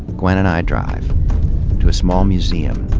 gwen and i drive to a small museum.